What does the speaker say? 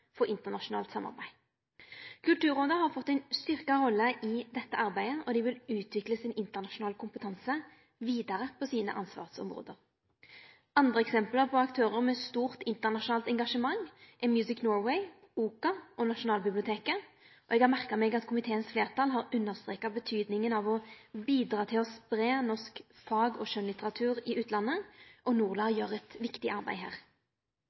for internasjonalt samarbeid. Kulturrådet har fått ei styrka rolle i dette arbeidet, og det vil utvikle sin internasjonale kompetanse vidare på sine ansvarsområde. Andre eksempel på aktørar med stort internasjonalt engasjement er Music Norway, OCA og Nasjonalbiblioteket. Eg har merka meg at komiteens fleirtal har understreka kor mykje det betyr at ein bidrar til å spreie norsk fag- og skjønnlitteratur i utlandet, og NORLA gjer eit viktig arbeid her.